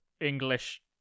English